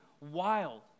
wild